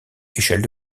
échelle